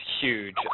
huge